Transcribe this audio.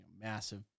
massive